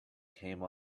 came